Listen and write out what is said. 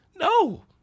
no